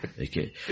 Okay